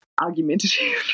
argumentative